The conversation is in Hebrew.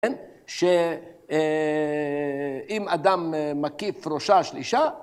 שאם אדם מקיף ראשה של אישה